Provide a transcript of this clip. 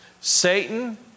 Satan